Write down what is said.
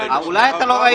--- אולי אתה לא ראית